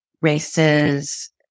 races